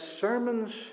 sermons